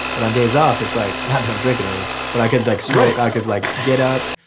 but on days off it's like, not drinking early, but i could like smoke. i could like get up,